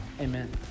amen